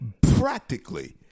practically